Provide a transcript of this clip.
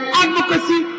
advocacy